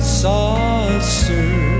saucer